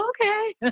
okay